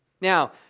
Now